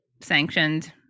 sanctioned